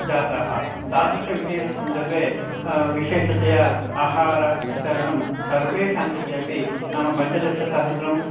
जाताः तादृशविषये सन्दर्भे विशेषतया आहारवितरणं सर्वेषां कृते अपि नाम पञ्चदशसहस्रं